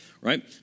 right